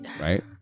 right